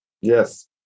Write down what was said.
Yes